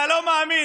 אתה לא מאמין.